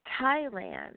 Thailand